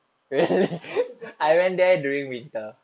I want to go korea